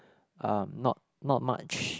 uh not not much